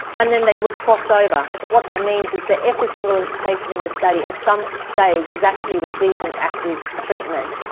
and then they would crossover. what that means is that every single and patient in the study at some stage was actually receiving active treatment.